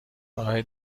راه